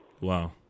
Wow